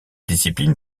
discipline